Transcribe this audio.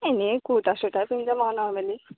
এনেই কুৰ্তা চুৰৰ্তায়ে পিন্ধি যাব আৰু নৰ্মেলি